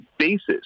Basis